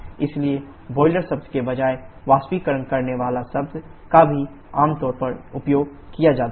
इसलिए बॉयलर शब्द के बजाय बाष्पीकरण करनेवाला शब्द का भी आमतौर पर उपयोग किया जाता है